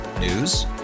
News